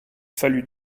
fallut